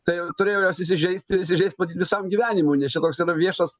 tai turėjo jos įsižeist ir įsižeist matyt visam gyvenimui nes čia toks yra viešas